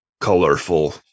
colorful